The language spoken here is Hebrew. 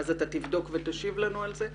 אז אתה תבדוק ותשיב לנו על זה.